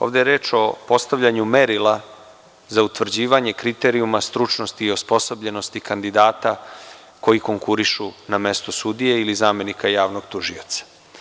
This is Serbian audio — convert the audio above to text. Ovde je reč o postavljanju merila za utvrđivanje kriterijuma stručnosti i osposobljenosti kandidata koji konkurišu na mesto sudije ili zamenika javnog tužioca.